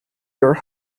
your